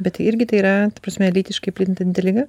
bet irgi tai yra ta prasme lytiškai plintanti liga